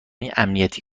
امنیتی